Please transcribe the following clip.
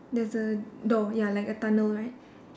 there's a door ya like a tunnel right